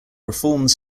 reforms